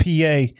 PA